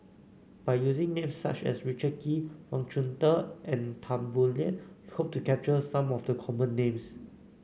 by using names such as Richard Kee Wang Chunde and Tan Boo Liat we hope to capture some of the common names